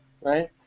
right